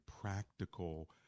practical